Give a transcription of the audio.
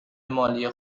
مالی